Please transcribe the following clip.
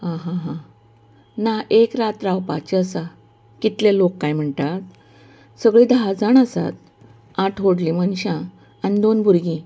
आं हां हां ना एक रात रावपाचें आसा कितलें लोक कांय म्हणटा सगळीं धा जाण आसात आठ व्हडलीं मनशां आनी दोन भुरगीं